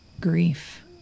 grief